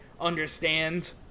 Understand